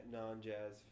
non-jazz